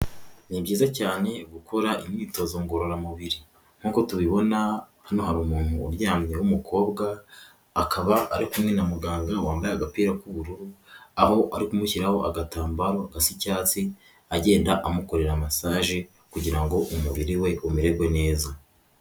Ni byiza cyane gukora imyitozo ngororamubiri, nk'uko tubibona hano hari umuntu uryamye w'umukobwa, akaba ari kumwe na muganga wambaye agapira k'ubururu, aho ari kumushyiraho agatambaro gasa icyatsi, agenda amukorera masaje, kugira ngo umubiri we umererwe neza.